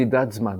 מדידת זמן